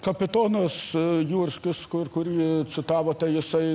kapitonas jurskis kur kurį citavote jisai